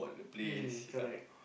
mm correct